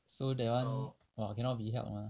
so that [one] cannot be helped mah